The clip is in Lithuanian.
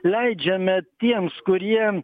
leidžiame tiems kurie